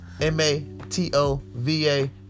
M-A-T-O-V-A